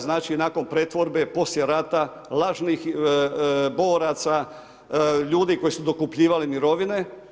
Znači, nakon pretvorbe, poslije rata, lažnih boraca, ljudi koji su dokupljivali mirovine.